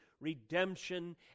redemption